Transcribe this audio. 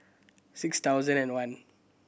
six thousand and one